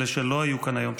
אלה שלא היו כאן היום,